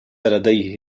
لديه